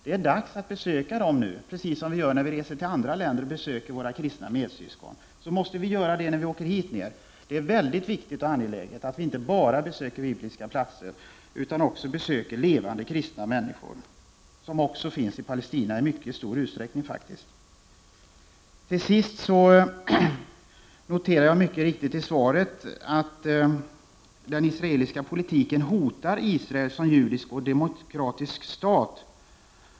Det är dags att besöka dem nu. Precis som vi besöker våra kristna medsyskon när vi reser till andra länder, måste vi göra det när vi åker hit ner. Det är mycket viktigt och angeläget att vi inte bara besöker bibliska platser, utan också besöker levande kristna människor, vilka faktiskt i mycket stor utsträckning finns även i Palestina. Till sist noterar jag att det mycket riktigt står i svaret att den israeliska politiken hotar Israel som judisk och demokratisk stat.